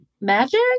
magic